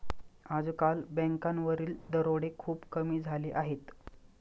आजकाल बँकांवरील दरोडे खूप कमी झाले आहेत